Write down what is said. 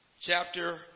chapter